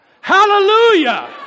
Hallelujah